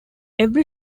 every